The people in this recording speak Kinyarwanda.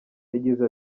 yagize